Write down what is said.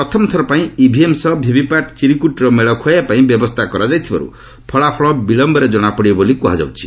ପ୍ରଥମଥର ପାଇଁ ଇଭିଏମ୍ ସହ ଭିଭିପାଟ୍ ଚିରୁକୁଟିର ମେଳ ଖୁଆଇବା ପାଇଁ ବ୍ୟବସ୍ଥା କରାଯାଇଥିବାର୍ତ ଫଳାଫଳ ବିଳୟରେ ଜଣାପଡ଼ିବ ବୋଲି ଆଶା କରାଯାଉଛି